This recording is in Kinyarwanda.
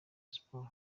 sport